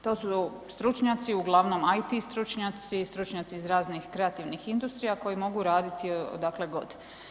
To su stručnjaci uglavnom IT stručnjaci, stručnjaci iz raznih kreativnih industrija koji mogu raditi odakle god.